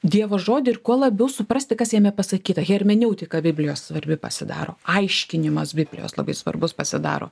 dievo žodį ir kuo labiau suprasti kas jame pasakyta hermeneutika biblijos svarbi pasidaro aiškinimas biblijos labai svarbus pasidaro